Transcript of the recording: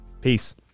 Peace